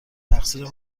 تقصیر